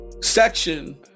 section